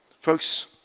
Folks